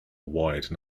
wide